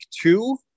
two